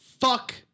Fuck